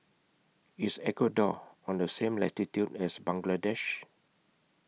IS Ecuador on The same latitude as Bangladesh